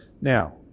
Now